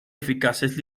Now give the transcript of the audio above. eficaces